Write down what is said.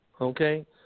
okay